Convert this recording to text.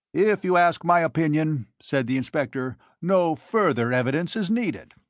if you ask my opinion, said the inspector, no further evidence is needed.